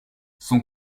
son